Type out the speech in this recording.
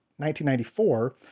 1994